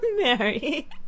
Mary